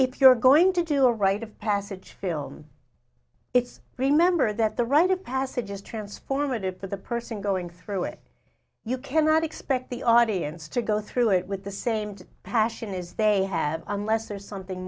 if you're going to do a rite of passage film it's remember that the rite of passage is transformative for the person going through it you cannot expect the audience to go through it with the same passion is they have unless there's something